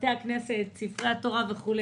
בתי הכנסת, את ספרי התורה וכולי,